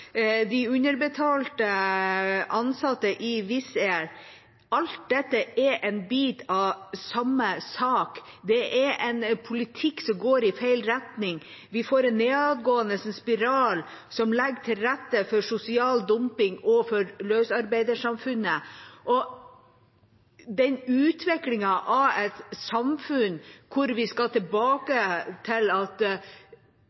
de underbetalte ansatte i Wizz Air – alt dette er en bit av samme sak. Det er en politikk som går i feil retning. Vi får en nedadgående spiral som legger til rette for sosial dumping og for løsarbeidersamfunnet. Den utviklingen av et samfunn der vi skal